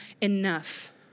enough